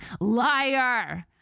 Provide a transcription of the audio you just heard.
Liar